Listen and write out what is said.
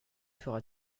fera